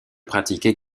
pratiquent